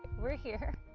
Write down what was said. we're here.